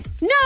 No